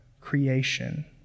creation